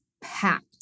packed